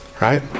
Right